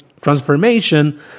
transformation